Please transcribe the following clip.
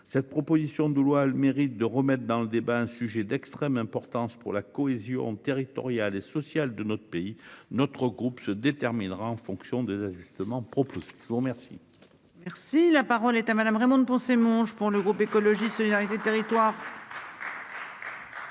Cette proposition de loi a le mérite de remettre dans le débat. Un sujet d'extrême importance pour la cohésion territoriale et sociale de notre pays, notre groupe se déterminera en fonction des ajustements proposés. Je vous remercie.-- Merci la parole est à Madame. Raymonde Poncet Monge pour le groupe écologiste solidarité et territoires.--